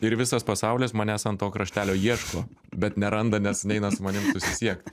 ir visas pasaulis manęs ant to kraštelio ieško bet neranda nes neina su manim susisiekt